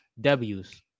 w's